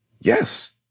Yes